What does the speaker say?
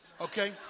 Okay